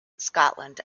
scotland